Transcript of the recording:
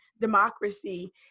democracy